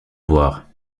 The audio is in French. voir